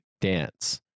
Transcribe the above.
dance